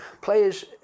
players